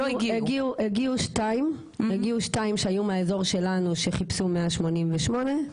הגיעו שתיים שהיו מהאזור שלנו שחיפשו 188,